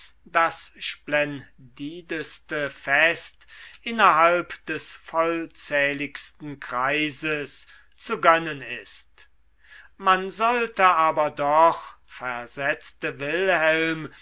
das splendideste fest innerhalb des vollzähligsten kreises zu gönnen ist man sollte aber doch versetzte wilhelm